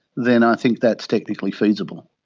then i think that's technically feasible.